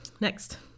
Next